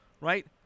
right